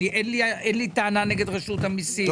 אין לי טענה נגד רשות המיסים,